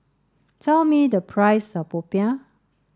tell me the price of Popiah